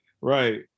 Right